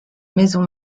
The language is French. maison